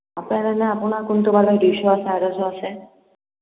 আপোনাক কোনটো বা লয় দুইশ আছে আঢ়ৈশ আছে